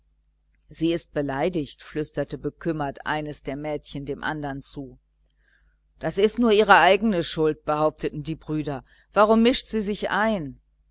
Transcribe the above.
sie ist beleidigt flüsterte bekümmert eines der mädchen dem andern zu das ist nur ihre eigene schuld behaupteten die brüder warum mischt sie sich ein